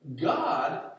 God